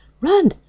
Run